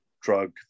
drug